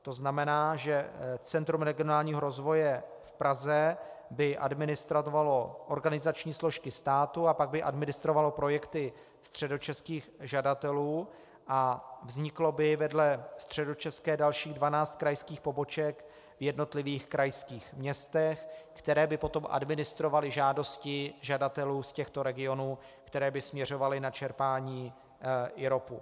To znamená, že Centrum regionálního rozvoje v Praze by administrovalo organizační složky státu a pak by administrovalo projekty středočeských žadatelů a vzniklo by vedle středočeské dalších dvanáct krajských poboček v jednotlivých krajských městech, které by potom administrovaly žádosti žadatelů z těchto regionů, které by směřovaly na čerpání IROPu.